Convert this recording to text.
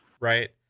right